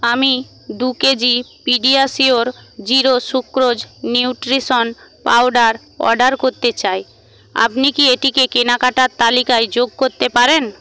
আমি দু KG PediaSure zero sucrose nutrition powder order করতে চাই আপনি কি এটিকে কেনাকাটার তালিকায় যোগ করতে পারেন